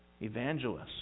evangelists